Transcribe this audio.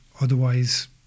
Otherwise